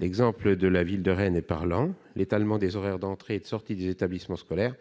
L'exemple de la ville de Rennes est parlant : l'étalement des horaires d'entrée et de sortie des établissements scolaires